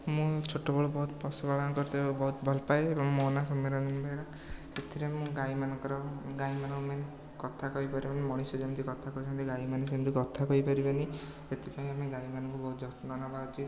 ମୁଁ ଛୋଟବେଳୁ ବହୁତ ପଶୁପାଳନ କରିତେ ବହୁତ ଭଲପାଏ ଏବଂ ମୋ ନାଁ ସଂଗ୍ରାମ ବେହେରା ସେଥିରେ ମୁଁ ଗାଈମାନଙ୍କର ଗାଈମାନଙ୍କ ପାଇଁ କଥା କହିପାରନ୍ତିନି ମଣିଷ ଯେମିତି କଥା କହନ୍ତି ଗାଈମାନେ ସେମିତି କଥା କହି ପାରିବେନି ହେଥିପାଇଁ ଆମେ ଗାଈମାନଙ୍କୁ ବହୁତ ଯତ୍ନ ନେବା ଉଚିତ